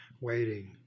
waiting